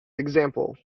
example